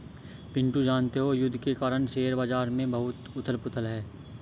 पिंटू जानते हो युद्ध के कारण शेयर बाजार में बहुत उथल पुथल है